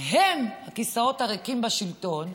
הם הכיסאות הריקים, בשלטון.